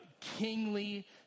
kingly